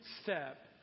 step